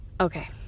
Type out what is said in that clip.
Okay